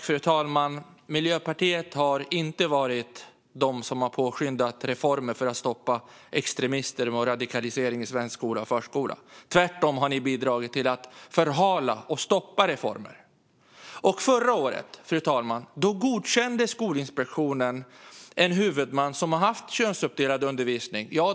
Fru talman! Ni i Miljöpartiet har inte varit de som har påskyndat reformer för att stoppa extremister och radikalisering i svensk skola och förskola, Annika Hirvonen. Tvärtom har ni bidragit till att förhala och stoppa reformer. Fru talman! Förra året godkände Skolinspektionen en huvudman som har haft könsuppdelad undervisning.